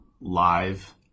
live